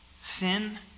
sin